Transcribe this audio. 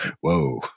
Whoa